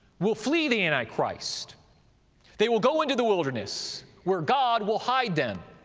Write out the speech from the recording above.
will flee the antichrist they will go into the wilderness where god will hide them.